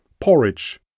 Porridge